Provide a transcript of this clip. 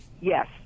yes